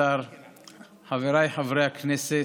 חבריי חברי הכנסת,